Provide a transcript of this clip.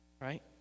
right